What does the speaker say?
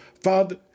father